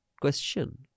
question